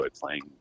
playing